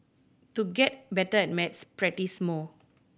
to get better at maths practise more